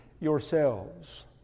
yourselves